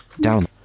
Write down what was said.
down